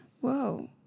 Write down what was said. Whoa